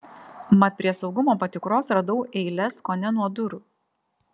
mat prie saugumo patikros radau eiles kone nuo durų